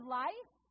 life